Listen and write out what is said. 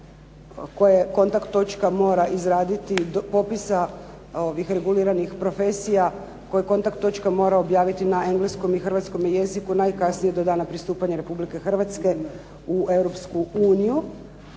kojeg kontakt točka mora izraditi i posisa reguliranih profesija koje kontakt točka mora objaviti na engleskom i hrvatskom jeziku najkasnije do dana pristupanja Republike Hrvatske u